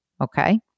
Okay